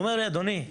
אומרים לי: אדוני,